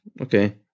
okay